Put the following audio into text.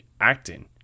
acting